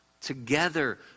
together